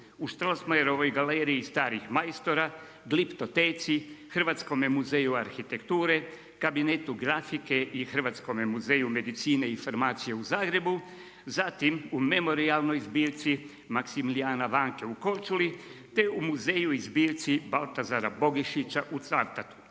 u Strossmayerovoj Galeriji starih majstora, Gliptoteci, Hrvatskome muzeju arhitekture, Kabinetu grafike i Hrvatskome muzeje medicine i farmacije u Zagrebu, zatim u Memorijalnoj zbirci Maksimilijana Vanke u Korčuli te u muzeju i zbirci Baltazara Bogišića u Cavtatu